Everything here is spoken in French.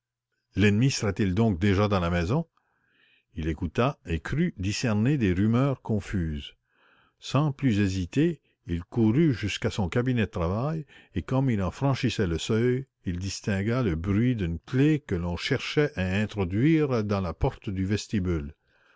l'ennemi serait-il donc déjà dans la maison il écouta et crut discerner des rumeurs confuses sans plus hésiter il courut jusqu'à son cabinet de travail et comme il franchissait le seuil il distingua le bruit d'une clef que l'on cherchait à introduire dans la porte du vestibule